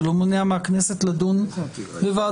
זה לא מונע מהכנסת לדון בוועדותיה.